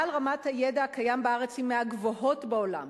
אבל רמת הידע הקיים בארץ היא מהגבוהות בעולם,